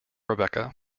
rebecca